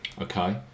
okay